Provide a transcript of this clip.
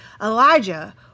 Elijah